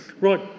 Right